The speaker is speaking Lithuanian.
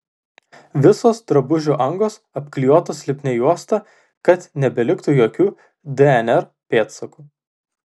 visos drabužių angos apklijuotos lipnia juosta kad neliktų jokių dnr pėdsakų